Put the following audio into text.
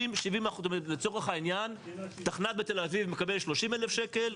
לצורך העניין מתכנת בתל אביב מקבל 30,000 שקל,